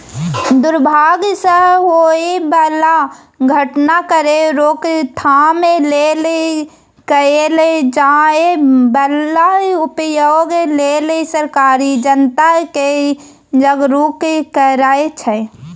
दुर्भाग सँ होए बला घटना केर रोकथाम लेल कएल जाए बला उपाए लेल सरकार जनता केँ जागरुक करै छै